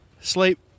Sleep